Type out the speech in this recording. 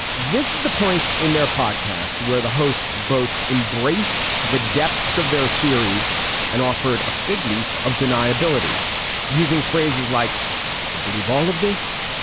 this is the point in their podcast where the hosts both embraced the depths of their theories and offered a fig leaf of deniability using phrases like you can believe all of this.